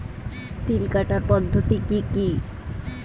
তিল কাটার পদ্ধতি কি কি?